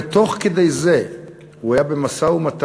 ותוך כדי זה הוא היה במשא-ומתן